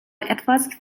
etwas